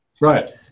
right